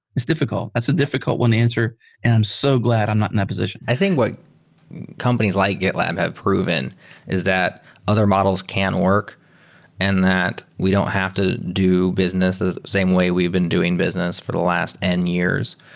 it's difficult. that's a difficult one answer and i am so glad i'm not in that position. i think what companies like gitlab have proven is that other models can work and that we don't have to do business the same way we've been doing business for the last n years,